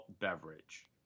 beverage